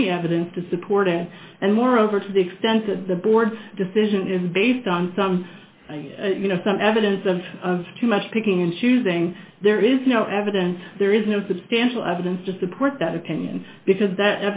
any evidence to support it and moreover to the extent that the board's decision is based on some you know some evidence of of too much picking and choosing there is no evidence there is no substantial evidence to support that opinion because that